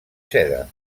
seda